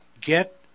get